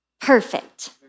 perfect